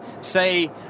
say